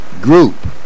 group